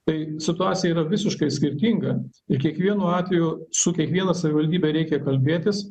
tai situacija yra visiškai skirtinga ir kiekvienu atveju su kiekviena savivaldybe reikia kalbėtis